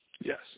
Yes